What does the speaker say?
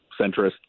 centrist